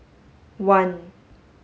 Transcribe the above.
one